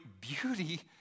beauty